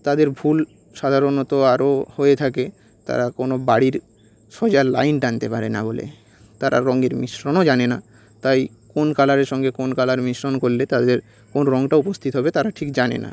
তাদের ভুল সাধারণত আরও হয়ে থাকে তারা কোনো বাড়ির সোজা লাইন টানতে পারে না বলে তারা রঙের মিশ্রণও জানে না তাই কোন কালারের সঙ্গে কোন কালার মিশ্রণ করলে কোন রঙটা উপস্থিত হবে তারা ঠিক জানে না